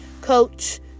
Coach